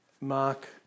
mark